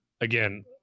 again